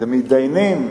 למתדיינים,